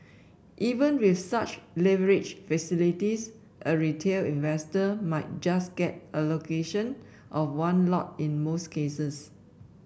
even with such leverage facilities a retail investor might just get allocation of one lot in most cases